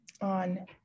On